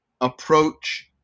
approach